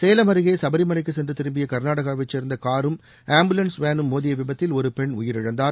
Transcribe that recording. சேலம் அருகே சபரி மலைக்கு சென்று திரும்பிய கர்நாடகாவைச் சேர்ந்த காரும் ஆம்புலன்ஸ் வேனும் மோதிய விபத்தில் ஒரு பெண் உயிரிழந்தார்